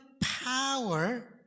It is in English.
power